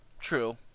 True